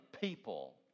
people